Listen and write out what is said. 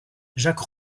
jacques